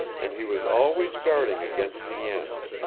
and he was always guarding against the end.